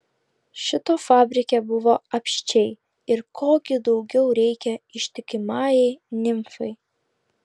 šito fabrike buvo apsčiai ir ko gi daugiau reikia ištikimajai nimfai